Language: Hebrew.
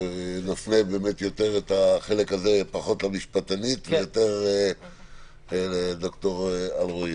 נפנה את החלק הזה פחות למשפטנית ויותר לד"ר אלרעי.